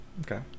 Okay